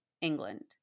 England